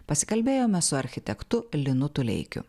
pasikalbėjome su architektu linu tuleikiu